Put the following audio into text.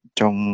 trong